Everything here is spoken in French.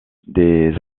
des